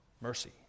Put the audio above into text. mercy